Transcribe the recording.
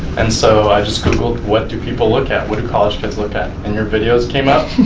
and so i just googled, what do people look at? what do college kids look at? and your videos came up